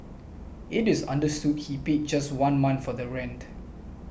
it is understood he paid just one month for the rent